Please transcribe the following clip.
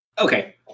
okay